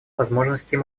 возможностей